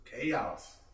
Chaos